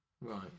Right